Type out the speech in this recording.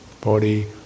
body